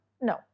No